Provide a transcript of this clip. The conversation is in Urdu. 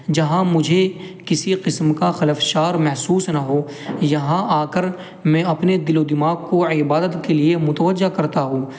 جہاں مجھے کسی قسم کا خلفشار محسوس نہ ہو یہاں آ کر میں اپنے دل و دماغ کو عبادت کے لیے متوجہ کرتا ہوں